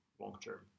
long-term